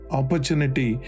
opportunity